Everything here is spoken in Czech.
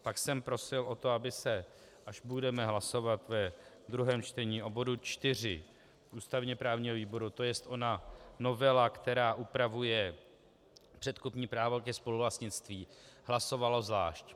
Pak jsem prosil o to, aby se, až budeme hlasovat ve druhém čtení o bodu 4 ústavněprávního výboru, to je ona novela, která upravuje předkupní právo ke spoluvlastnictví, hlasovalo zvlášť.